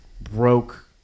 broke